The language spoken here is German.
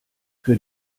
für